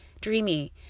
dreamy